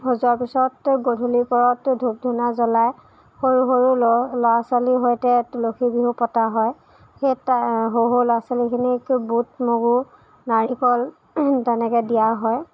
সজোৱাৰ পিছত গধূলি পৰত ধুপ ধূনা জ্বলাই সৰু সৰু ল'ৰা ছোৱালীৰ সৈতে তুলসী বিহু পতা হয় সেই সৰু সৰু ল'ৰা ছোৱালীখিনিক বুট মগু নাৰিকল তেনেকে দিয়া হয়